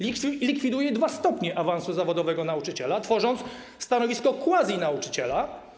Likwiduje dwa stopnie awansu zawodowego nauczyciela, tworząc stanowisko quasi-nauczyciela.